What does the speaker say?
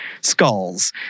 skulls